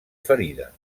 ferida